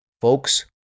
Folks